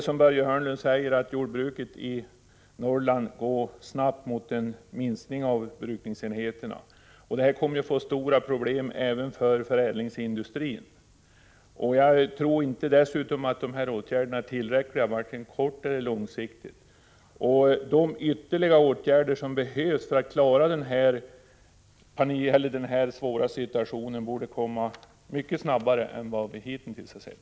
Som Börje Hörnlund säger går jordbruket i Norrland snabbt mot en minskning av antalet brukningsenheter, och det kommer att medföra stora problem även för förädlingsindustrin. Dessutom tror jag inte att de här åtgärderna är tillräckliga vare sig korteller långsiktigt. De ytterligare åtgärder som behövs för att klara den svåra situationen borde komma mycket snabbare än vad vi hitintills har sett.